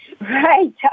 Right